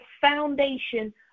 foundation